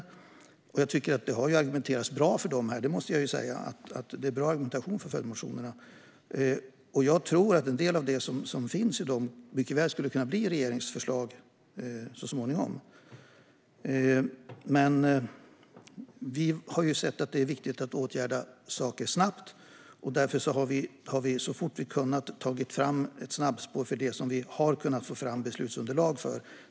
Jag måste säga att jag tycker att det har argumenterats bra för dem här, och jag tror att en del av det som finns i dem mycket väl skulle kunna bli regeringens förslag så småningom. Vi har dock sett att det är viktigt att åtgärda saker snabbt, och därför har vi så fort vi har kunnat tagit fram ett snabbspår för det vi har kunnat få fram beslutsunderlag för.